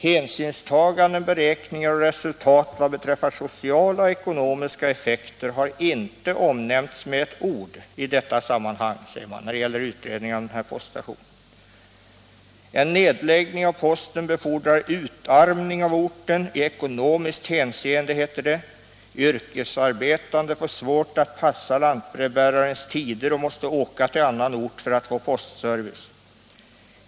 Hänsynstaganden, beräkningar och resultat vad beträffar sociala och ekonomiska effekter har inte omnämnts med ett ord i detta sammanhang.” Vidare skriver man: ”En nedläggning av posten befordrar utarmningen av orten i ekonomiskt hänseende ——--. Yrkesarbetande får svårt att passa lantbrevbärarens tider och måste åka till annan ort för att få postservice.